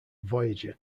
voyager